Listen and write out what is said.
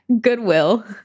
Goodwill